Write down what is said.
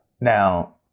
now